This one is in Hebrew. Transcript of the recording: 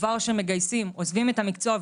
וכבר כשמגייסים עוזבים את המקצוע,